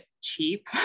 cheap